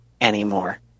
anymore